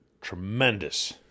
tremendous